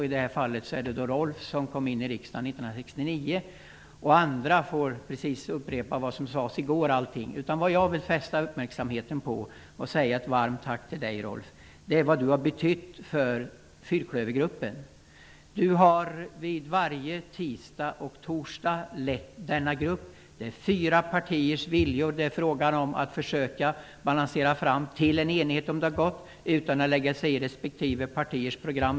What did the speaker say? I det här fallet är det Rolf Clarkson, som kom in i riksdagen 1969. Jag vill framföra ett varmt tack till dig Rolf. Jag vill fästa uppmärksamheten på vad Rolf har betytt för fyrklövergruppen. Rolf Clarkson har varje tisdag och torsdag lett denna grupp. Det är fyra partiers viljor som man skall försöka balansera fram till en enighet utan att lägga sig i respektive partiers program.